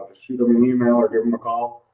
shoot them an email or give them a call.